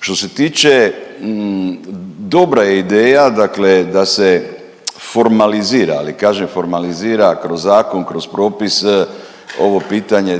Što se tiče dobra je ideja da se formalizira, ali kažem formalizira kroz zakon, kroz propise ovo pitanje